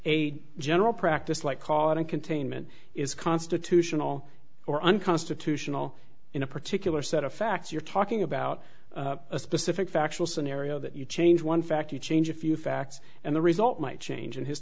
a general practice like calling containment is constitutional or unconstitutional in a particular set of facts you're talking about a specific factual scenario that you change one fact you change a few facts and the result might change and his